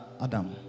Adam